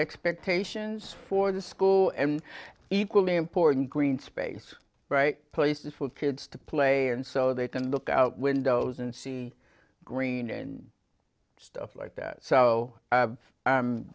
expectations for the school and equally important green space right places for kids to play and so they can look out windows and see green and stuff like that so i